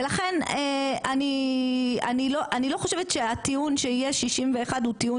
ולכן אני לא אני לא חושבת שהטיעון שיש 61 הוא טיעון